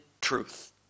truth